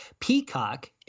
Peacock